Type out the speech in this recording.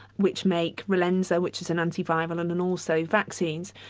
which makes rilenza, which is an antiviral, and and also vaccines.